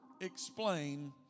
explain